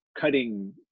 cutting